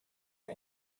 for